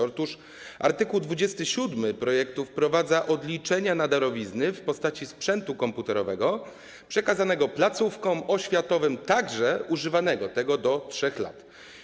Otóż art. 27 projektu wprowadza odliczenia na darowizny w postaci sprzętu komputerowego przekazanego placówkom oświatowym, także używanego, tego do 3 lat.